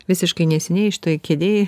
visiškai neseniai šitoj kėdėj